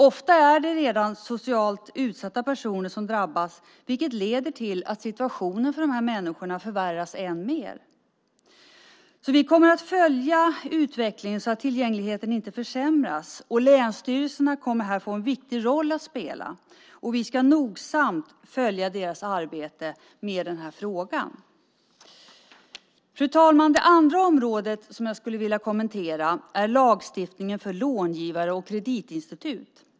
Ofta är det redan socialt utsatta personer som drabbas, vilket leder till att situationen för dem förvärras. Vi kommer att följa utvecklingen för att se att tillgängligheten inte försämras. Länsstyrelserna kommer att få en viktig roll att spela. Vi ska nogsamt följa deras arbete med denna fråga. Fru talman! Det andra område som jag vill kommentera är lagstiftningen för långivare och kreditinstitut.